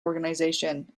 organization